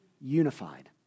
unified